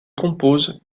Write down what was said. compose